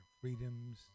freedoms